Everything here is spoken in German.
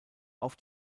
auf